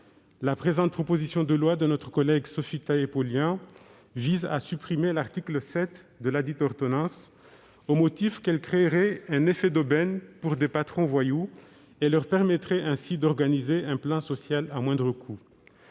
La présente proposition de loi de notre collègue Sophie Taillé-Polian vise à supprimer l'article 7 de ladite ordonnance au motif qu'elle créerait un effet d'aubaine pour des patrons voyous et leur permettrait ainsi d'organiser un plan social à moindre coût.